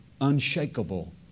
unshakable